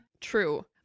True